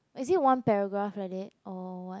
is it one paragraph like that or what